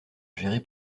géré